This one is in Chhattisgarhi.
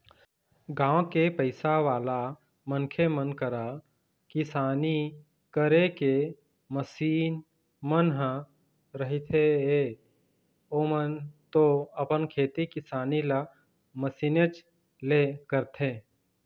गाँव के पइसावाला मनखे मन करा किसानी करे के मसीन मन ह रहिथेए ओमन तो अपन खेती किसानी ल मशीनेच ले करथे